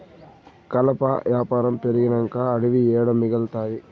కలప యాపారం పెరిగినంక అడివి ఏడ మిగల్తాది